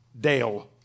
Dale